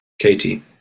Katie